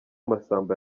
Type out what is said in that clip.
masamba